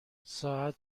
ساعت